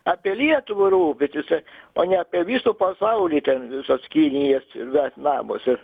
apie lietuvą rūpintis o ne apie viso pasaulį ten visos kinijas ir vietnamus ir